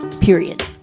period